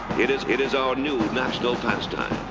it is it is our new national pastime.